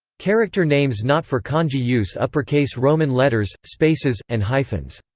character names not for kanji use uppercase roman letters, spaces, and hyphens.